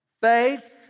faith